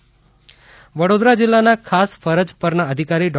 Vadodara corona Vadodara જીલ્લાના ખાસ ફરજ પરના અધિકારી ડો